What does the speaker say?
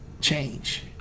change